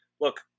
Look